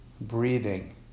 breathing